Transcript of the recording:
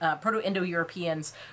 Proto-Indo-Europeans